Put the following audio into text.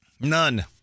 None